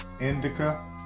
indica